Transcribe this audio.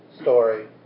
story